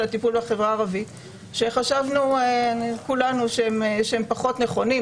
הטיפול בחברה הערבית שחשבנו כולנו שהם פחות נכונים,